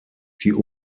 die